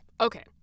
Okay